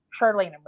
Charlene